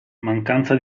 mancanza